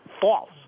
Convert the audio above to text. false